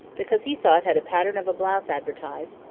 because he saw it had a pattern of a blouse advertised,